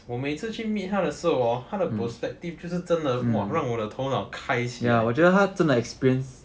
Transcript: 我每次去 meet 他的时候 hor 他的 perspective 就是真的 !wah! 让我的头脑开起来